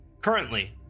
Currently